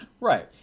Right